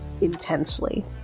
intensely